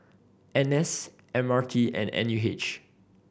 N S M R T and N U H